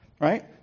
right